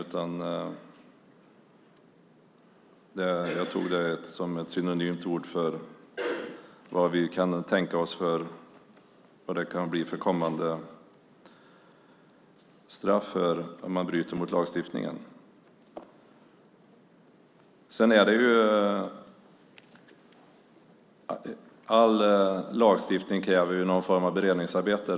Jag använde det som en synonym för det straff som vi kan tänka oss om man bryter mot lagstiftningen. All lagstiftning kräver någon form av beredningsarbete.